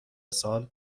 سال